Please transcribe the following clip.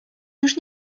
już